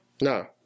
No